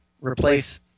replace